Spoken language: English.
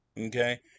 Okay